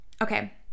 Okay